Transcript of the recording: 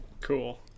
Cool